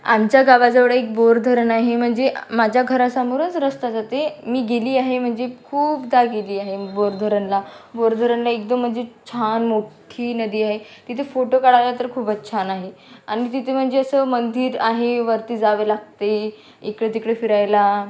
आमच्या गावाजवळ एक बोर धरण आहे म्हणजे माझ्या घरासमोरच रस्ता जाते मी गेले आहे म्हणजे खूपदा गेले आहे बोर धरणला बोर धरणला एकदम म्हणजे छान मोठी नदी आहे तिथे फोटो काढायला तर खूपच छान आहे आणि तिथे म्हणजे असं मंदिर आहे वरती जावे लागते इकडं तिकडे फिरायला